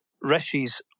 Rishi's